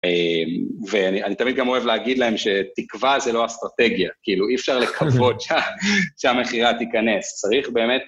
ואני תמיד גם אוהב להגיד להם שתקווה זה לא אסטרטגיה, כאילו אי אפשר לקוות שהמכירה תיכנס, צריך באמת...